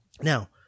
Now